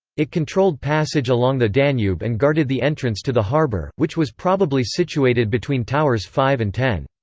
it controlled passage along the danube and guarded the entrance to the harbour, which was probably situated between towers five and ten.